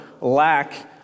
lack